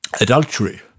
adultery